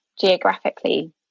geographically